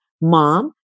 Mom